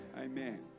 Amen